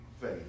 faith